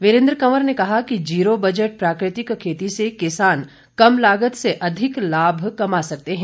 वीरेन्द्र कंवर ने कहा कि जीरो बजट प्राकृतिक खेती से किसान कम लागत से अधिक लाभ कमा सकते हैं